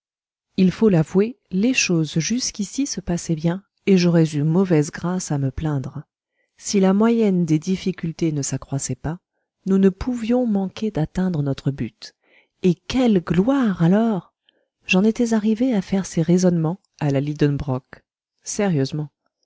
il faut l'avouer les choses jusqu'ici se passaient bien et j'aurais eu mauvaise grâce à me plaindre si la moyenne des difficultés ne s'accroissait pas nous ne pouvions manquer d'atteindre notre but et quelle gloire alors j'en étais arrivé à faire ces raisonnements à la lidenbrock sérieusement